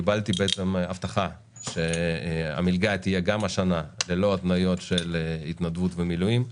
קיבלתי הבטחה שהמלגה תהיה גם השנה ללא התניות של התנדבות ומילואים.